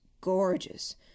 gorgeous